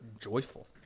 joyful